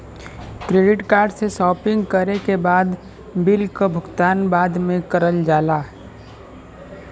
credit card से शॉपिंग करे के बाद बिल क भुगतान बाद में करल जाला